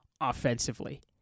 offensively